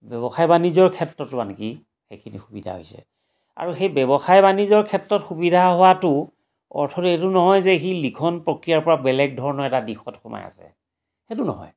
ব্যৱসায় বাণিজ্যৰ ক্ষেত্ৰতো আনকি সেইখিনি সুবিধা হৈছে আৰু সেই ব্যৱসায় বাণিজ্যৰ ক্ষেত্ৰত সুবিধা হোৱাটো অৰ্থটো এইটো নহয় যে সি লিখন প্ৰক্ৰিয়াৰ পৰা বেলেগ ধৰণৰ এটা দিশত সোমাই আছে সেইটো নহয়